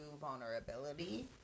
vulnerability